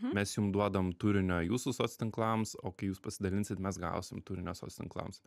mes jum duodam turinio jūsų soc tinklams o kai jūs pasidalinsit mes gausim turinio soc tinklams